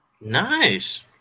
Nice